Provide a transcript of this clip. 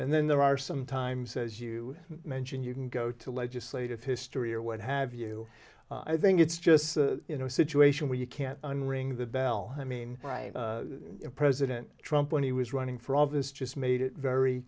and then there are some times as you mentioned you can go to legislative history or what have you i think it's just you know a situation where you can't unring the bell i mean right president trump when he was running for office just made it very